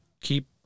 keep